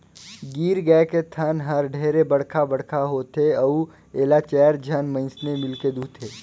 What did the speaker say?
गीर गाय के थन हर ढेरे बड़खा बड़खा होथे अउ एला चायर झन मइनसे मिलके दुहथे